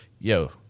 yo